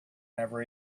never